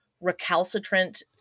recalcitrant